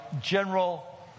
General